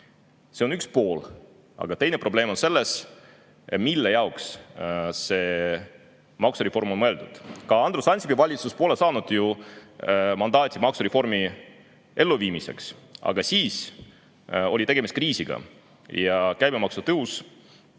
See on üks pool. Teine probleem on selles, mille jaoks on see maksureform mõeldud. Ka Andrus Ansipi valitsus ei olnud ju saanud mandaati maksureformi elluviimiseks, aga siis oli tegemist kriisiga ja käibemaksu tõus